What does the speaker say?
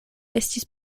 estis